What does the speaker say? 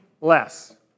less